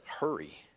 hurry